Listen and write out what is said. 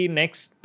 next